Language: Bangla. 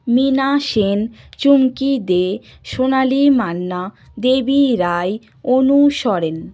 মীনা সেন চুমকি দে সোনালি মান্না দেবী রায় অনু সোরেন